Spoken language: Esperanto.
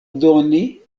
doni